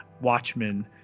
Watchmen